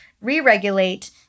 re-regulate